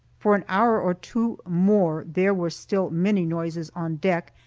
for an hour or two more there were still many noises on deck,